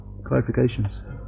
clarifications